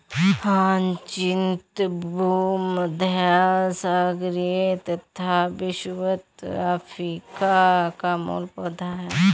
hyacinth भूमध्यसागरीय तथा विषुवत अफ्रीका का मूल पौधा है